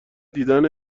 دیدن